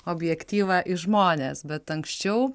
objektyvą į žmones bet anksčiau